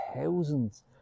thousands